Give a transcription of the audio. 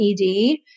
ED